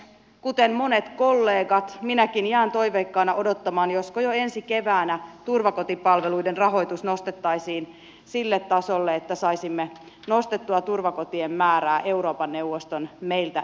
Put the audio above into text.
kuten monet kollegat minäkin jään toiveikkaana odottamaan josko jo ensi keväänä turvakotipalveluiden rahoitus nostettaisiin sille tasolle että saisimme nostettua turvakotien määrän euroopan neuvoston meiltä edellyttämälle tasolle